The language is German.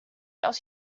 aus